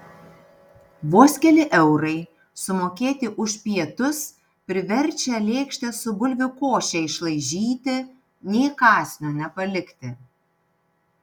vos keli eurai sumokėti už pietus priverčia lėkštę su bulvių koše išlaižyti nė kąsnio nepalikti